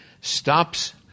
stops